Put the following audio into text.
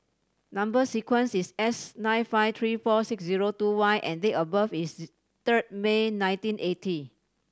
number sequence is S nine five three four six zero two Y and date of birth is third May nineteen eighty